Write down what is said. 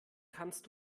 kannst